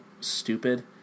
stupid